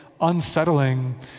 unsettling